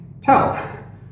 tell